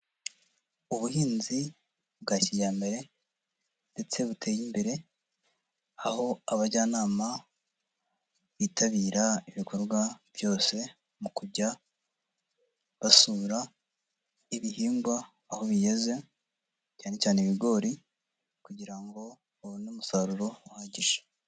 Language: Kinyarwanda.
Ubuhinzi bwa kijyambere ndetse buteye imbere, aho abajyanama bitabira ibikorwa byose mu kujya basura ibihingwa aho bigeze cyane cyane ibigori kugira ngo babone umusaruro uhagije.